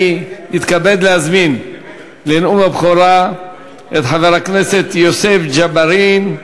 אני מתכבד להזמין לנאום הבכורה את חבר הכנסת יוסף ג'בארין.